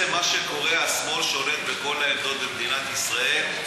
אבל בעצם מה שקורה זה השמאל שולט בכל העמדות במדינת ישראל.